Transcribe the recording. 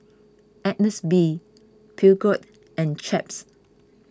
Agnes B Peugeot and Chaps